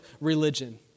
religion